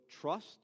trust